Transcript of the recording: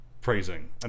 praising